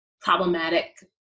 problematic